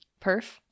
Perf